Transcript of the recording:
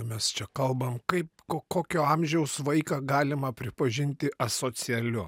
mes čia kalbam kaip ko kokio amžiaus vaiką galima pripažinti asocialiu